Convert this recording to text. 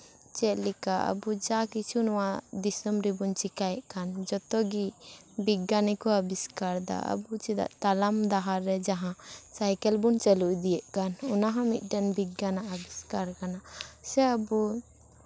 ᱪᱮᱫᱞᱮᱠᱟ ᱟᱵᱚ ᱡᱟ ᱠᱤᱪᱷᱩ ᱱᱚᱣᱟ ᱫᱤᱥᱚᱢ ᱨᱮᱵᱚᱱ ᱪᱮᱠᱟᱭᱮᱫ ᱠᱟᱱ ᱡᱚᱛᱚ ᱜᱤ ᱵᱤᱜᱽᱜᱟᱱᱤ ᱠᱚ ᱟᱵᱤᱥᱠᱟᱨᱮᱫᱟ ᱟᱵᱚ ᱪᱮᱫᱟᱜ ᱛᱟᱲᱟᱢ ᱰᱟᱦᱟᱨ ᱨᱮ ᱡᱟᱦᱟᱸ ᱥᱟᱭᱠᱮᱞ ᱵᱚᱱ ᱪᱟᱞᱩ ᱤᱫᱤᱭᱮᱫ ᱠᱟᱱ ᱚᱱᱟ ᱦᱚᱸ ᱢᱤᱫᱴᱮᱱ ᱵᱤᱜᱽᱜᱟᱱᱟᱜ ᱟᱵᱤᱥᱠᱟᱨ ᱠᱟᱱᱟ ᱥᱮ ᱟᱵᱚ